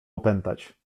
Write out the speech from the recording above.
opętać